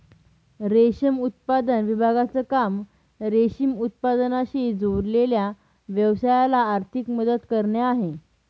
रेशम उत्पादन विभागाचं काम रेशीम उत्पादनाशी जोडलेल्या व्यवसायाला आर्थिक मदत करणे आहे